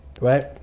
right